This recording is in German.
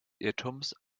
irrtums